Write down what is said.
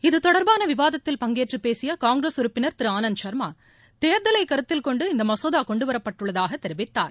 இதுதொடர்பான விவாதத்தில் பங்கேற்று பேசிய காங்கிரஸ் உறுப்பினர் திரு அனந்த் சர்மா தேர்தலை கருத்தில்கொண்டு இந்த மசோதா கொண்டுவரப்பட்டுள்ளதாக தெரிவித்தார்